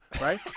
right